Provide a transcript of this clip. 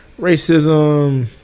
racism